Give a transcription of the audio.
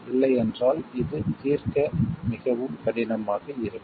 இல்லை என்றால் இது தீர்க்க மிகவும் கடினமாக இருக்கும்